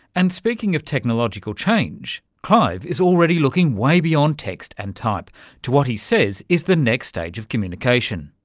and speaking of technological change, clive is already looking way beyond text and type to what he says is the next stage of communication.